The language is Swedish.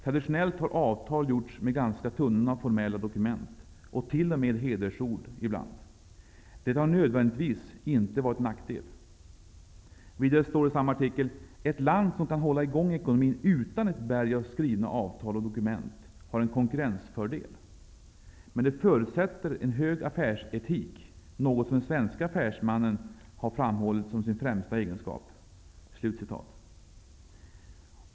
Traditionellt har avtal gjorts med ganska tunna formella dokument och till och med hedersord ibland. Det har nödvändigtvis inte varit en nackdel.'' Vidare står det i samma artikel: ''Ett land som kan hålla igång ekonomin utan ett berg av skrivna avtal och dokument har en konkurrensfördel. Men det förutsätter en hög affärsetik, något som den svenske affärsmannen har framhållit som sin främsta egenskap.''